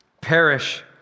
Perish